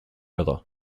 weather